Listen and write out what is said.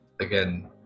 again